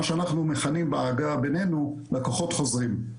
מה שאנחנו מכנים בעגה בינינו 'לקוחות חוזרים'.